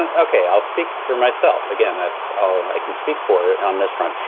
and okay, i'll speak for myself. again that's all i can speak for on this front.